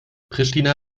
pristina